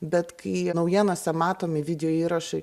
bet kai naujienose matomi video įrašai